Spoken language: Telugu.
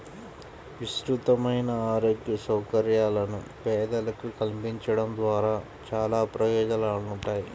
విస్తృతమైన ఆరోగ్య సౌకర్యాలను పేదలకు కల్పించడం ద్వారా చానా ప్రయోజనాలుంటాయి